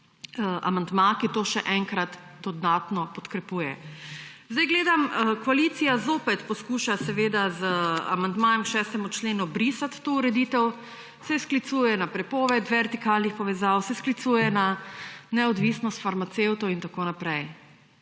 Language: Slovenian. amandma, ki je to še enkrat dodatno podkrepil. Gledam, koalicija zopet poskuša z amandmajem k 6. členu brisati to ureditev, se sklicuje na prepoved vertikalnih povezav, se sklicuje na neodvisnost farmacevtov in tako naprej.